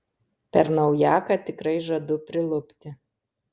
per naujaką tikrai žadu prilupti